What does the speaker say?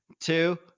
two